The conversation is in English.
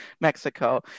Mexico